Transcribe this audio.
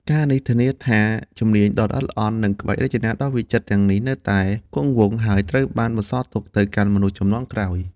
ការណ៍នេះធានាថាជំនាញដ៏ល្អិតល្អន់ និងក្បាច់រចនាដ៏វិចិត្រទាំងនេះនៅតែគង់វង្ស ហើយត្រូវបានបន្សល់ទៅកាន់មនុស្សជំនាន់ក្រោយ។